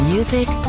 Music